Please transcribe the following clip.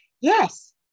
Yes